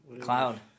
Cloud